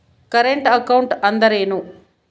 Current account ಅಂದರೇನು?